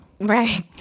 Right